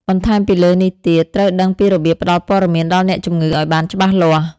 បន្ថែមពីលើនេះទៀត ត្រូវដឹងពីរបៀបផ្ដល់ព័ត៌មានដល់អ្នកជំងឺឲ្យបានច្បាស់លាស់។